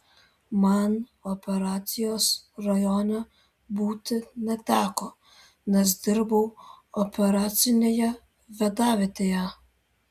man operacijos rajone būti neteko nes dirbau operacinėje vadavietėje